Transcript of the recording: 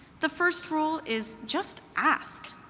the first rule is just ask.